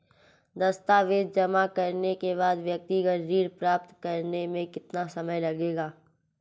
दस्तावेज़ जमा करने के बाद व्यक्तिगत ऋण प्राप्त करने में कितना समय लगेगा?